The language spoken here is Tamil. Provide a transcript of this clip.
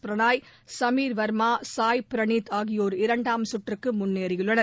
பிரணாய் ஷமீர் வர்மா மற்றும் சாய் ப்ரணீத் ஆகியோர் இரண்டாம் சுற்றுக்கு முன்னேறியுள்ளனர்